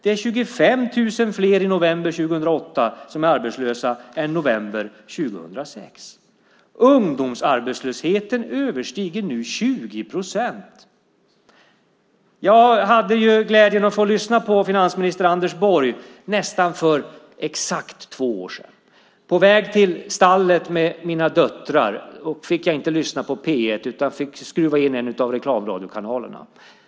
Det är 25 000 fler arbetslösa i november 2008 än november 2006. Ungdomsarbetslösheten överstiger nu 20 procent. Jag hade glädjen att få lyssna på finansminister Anders Borg för nästan exakt två år sedan.